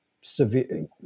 severe